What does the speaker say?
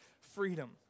freedom